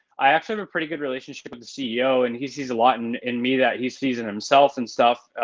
i actually have a pretty good relationship with the ceo and he sees a lot and in me that he sees in himself and stuff.